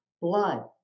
blood